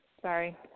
sorry